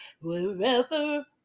wherever